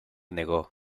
negó